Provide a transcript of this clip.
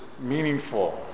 meaningful